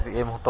ah evil but